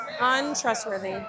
Untrustworthy